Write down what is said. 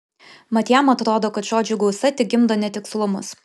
mat jam atrodo kad žodžių gausa tik gimdo netikslumus